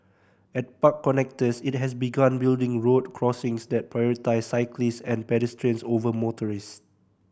at park connectors it has begun building road crossings that prioritise cyclist and pedestrians over motorist